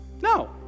no